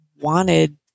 wanted